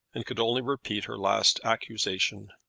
and could only repeat her last accusation.